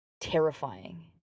terrifying